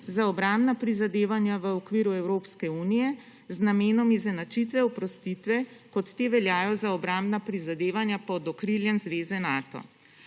za obrambna prizadevanja v okviru Evropske unije z namenom izenačitev oprostitve kot te veljajo za obrambna prizadevanja pod okriljem zveze Nato.